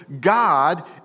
God